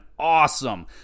awesome